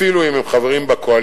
אפילו אם הם חברים בקואליציה,